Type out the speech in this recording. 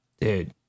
Dude